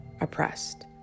oppressed